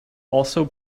also